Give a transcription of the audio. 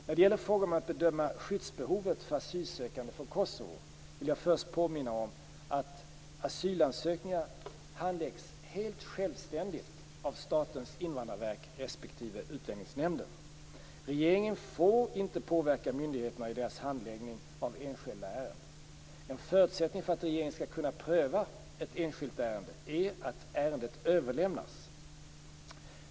När det gäller frågan om att bedöma skyddsbehovet för asylsökande från Kosovo vill jag först påminna om att asylansökningar handläggs helt självständigt av Statens invandrarverk respektive Utlänningsnämnden. Regeringen får inte påverka myndigheterna i deras handläggning av enskilda ärenden. En förutsättning för att regeringen skall kunna pröva ett enskilt ärende är att ärendet överlämnats.